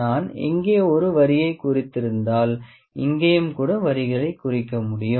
நான் இங்கே ஒரு வரியைக் குறித்திருந்தால் இங்கேயும் கூட வரிகளை குறிக்க முடியும்